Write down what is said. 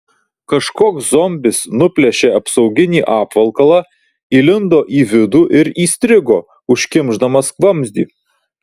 kažkoks zombis nuplėšė apsauginį apvalkalą įlindo į vidų ir įstrigo užkimšdamas vamzdį